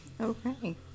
Okay